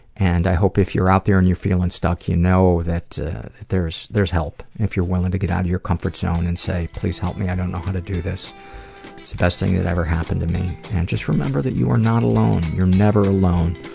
and i hope if you're out there and you're feeling stuck, you know that there's there's help if you're willing to get out of your comfort zone and say, please help me. i don't know how to do this. it's the best thing that ever happened to me. and just remember that you are not alone. you're never alone,